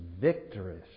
victorious